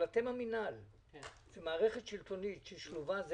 אבל אתם המינהל, זה מערכת שלטונית שלובה.